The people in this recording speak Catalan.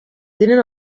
tenen